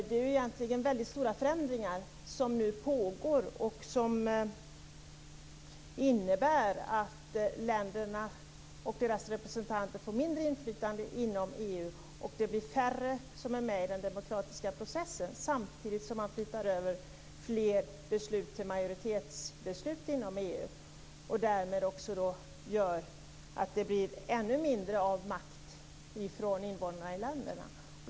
Det är egentligen väldigt stora förändringar som nu pågår och som innebär att länderna och deras representanter får mindre inflytande inom EU och att det blir färre som är med i den demokratiska processen, samtidigt som fler beslut fattas som majoritetsbeslut inom EU. Därmed blir det ännu mindre makt för invånarna i länderna.